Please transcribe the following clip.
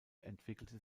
entwickelte